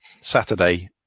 Saturday